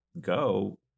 go